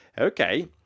okay